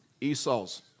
Esau's